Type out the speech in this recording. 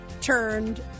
turned